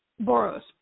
Boros